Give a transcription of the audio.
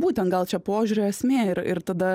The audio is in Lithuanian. būtent gal čia požiūrio esmė ir ir tada